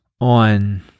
on